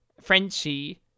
Frenchie